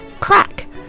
Crack